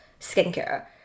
skincare